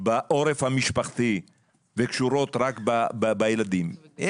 בעורף המשפחתי וקשורות רק בילדים,